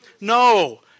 No